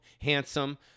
handsome